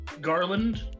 Garland